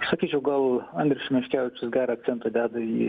sakyčiau gal andrius šemeškevičius gerą akcentą deda į